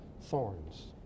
thorns